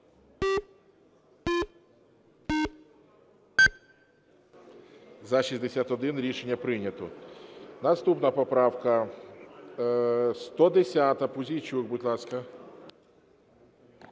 За-61 Рішення… прийнято. Наступна поправка 110, Пузійчук. Будь ласка.